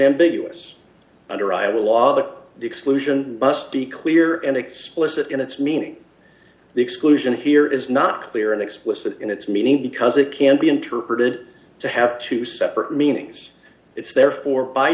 the exclusion must be clear and explicit in its meaning the exclusion here is not clear and explicit in its meaning because it can be interpreted to have two separate meanings it's therefore by